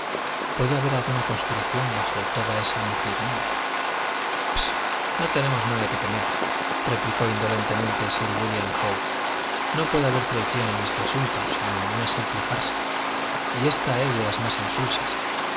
puede haber alguna conspiración bajo toda esta mojiganga psh no tenemos nada que temer replicó indolentemente sir wílliam howe no puede haber traición en este asunto sino una simple farsa y ésta es de las más insulsas